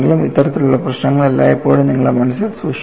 ഇത്തരത്തിലുള്ള പ്രശ്നങ്ങൾ എല്ലായ്പ്പോഴും നിങ്ങളുടെ മനസ്സിൽ സൂക്ഷിക്കുക